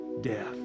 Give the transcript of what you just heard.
death